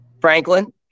Franklin